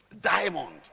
Diamond